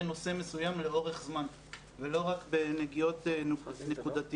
נושא מסוים לאורך זמן ולא רק בנגיעות נקודתיות.